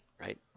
right